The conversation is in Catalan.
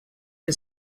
que